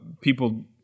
people